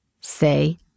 say